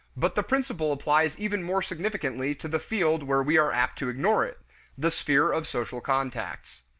but the principle applies even more significantly to the field where we are apt to ignore it the sphere of social contacts.